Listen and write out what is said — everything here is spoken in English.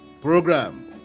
program